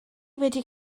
wedi